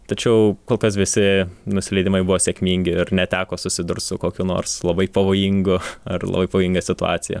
tačiau kol kas visi nusileidimai buvo sėkmingi ir neteko susidurt su kokiu nors labai pavojingu ar labai pavojinga situacija